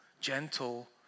gentle